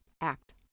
act